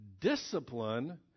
discipline